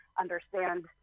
understand